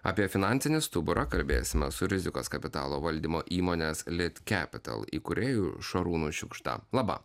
apie finansinį stuburą kalbėsime su rizikos kapitalo valdymo įmonės litkepital įkūrėju šarūnu šiukšta laba